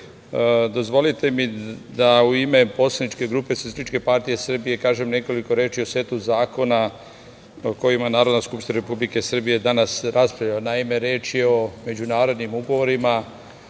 dozvolite mi da u ime poslaničke grupe Socijalističke partije Srbije kažem nekoliko reči o setu zakona o kojima Narodna skupština Republike Srbije danas raspravlja. Naime, reč je o međunarodnim ugovorima,